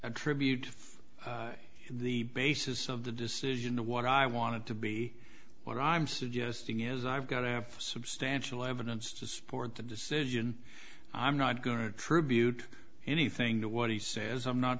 tribute to the basis of the decision of what i wanted to be what i'm suggesting is i've got to have substantial evidence to support the decision i'm not going to tribute anything to what he says i'm not